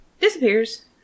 disappears